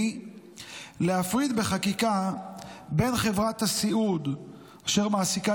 להפריד בחקיקה בין חברת הסיעוד שמעסיקה